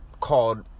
called